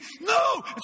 No